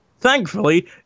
thankfully